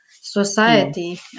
society